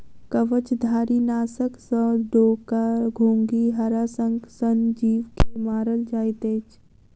कवचधारीनाशक सॅ डोका, घोंघी, हराशंख सन जीव के मारल जाइत अछि